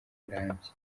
burambye